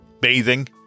bathing